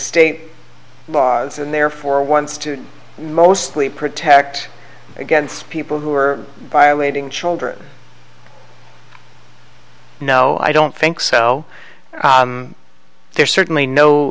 state laws and therefore once to mostly protect against people who are by waiting children no i don't think so there's certainly no